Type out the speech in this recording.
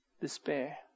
Despair